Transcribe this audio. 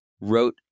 Wrote